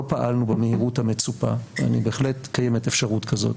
פעלנו במהירות המצופה בהחלט קיימת אפשרות כזאת